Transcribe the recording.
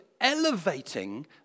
elevating